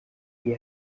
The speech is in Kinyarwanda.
iyo